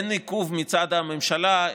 אין עיכוב מצד הממשלה.